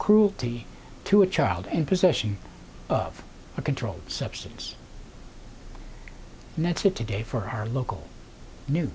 cruelty to a child and possession of a controlled substance and that's it today for our local news